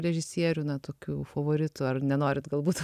režisierių na tokių favoritų ar nenorit galbūt